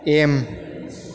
M